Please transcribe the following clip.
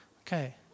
Okay